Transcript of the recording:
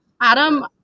adam